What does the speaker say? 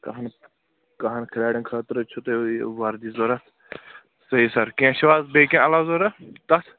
کہن کٕہَن کھِلاڑٮ۪ن خٲطرٕ چھُو تۄہہِ وَردی ضوٚرَتھ صحیح سَر کیٚنٛہہ چھُو حظ بیٚیہِ کیٚنٛہہ علاوٕ ضوٚرَتھ تَتھ